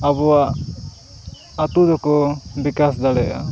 ᱟᱵᱚᱣᱟᱜ ᱟᱛᱳ ᱫᱚᱠᱚ ᱵᱤᱠᱟᱥ ᱫᱟᱲᱮᱭᱟᱜᱼᱟ